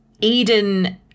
Eden